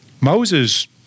Moses